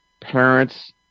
parents